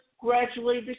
gradually